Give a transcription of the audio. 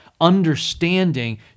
understanding